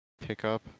pickup